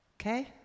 Okay